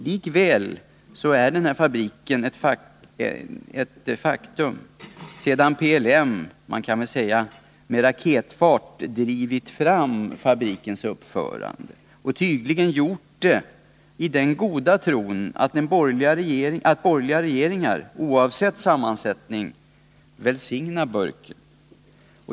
Likväl är den här fabriken ett faktum, sedan PLM med raketfart drivit fram fabrikens uppförande och tydligen gjort det i den goda tron att borgerliga regeringar oavsett sammansättning välsignar burken.